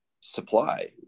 supply